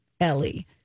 Ellie